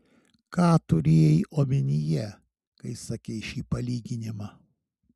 ką turėjai omenyje kai sakei šį palyginimą